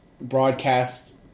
broadcast